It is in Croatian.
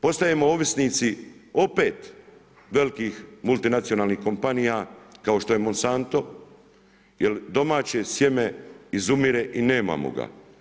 Postajemo ovisnici opet velikim multinacionalnih kompanija kao što ne Monsanto jer domaće sjeme izumire i nemamo ga.